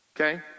okay